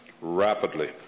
rapidly